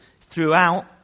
throughout